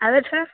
આવે છે